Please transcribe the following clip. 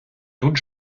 тут